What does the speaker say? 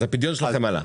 אוקי, אז הפדיון שלכם עלה.